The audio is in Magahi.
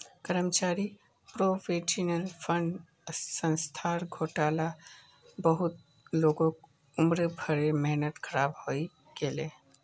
कर्मचारी प्रोविडेंट फण्ड संस्थार घोटालात बहुत लोगक उम्र भरेर मेहनत ख़राब हइ गेले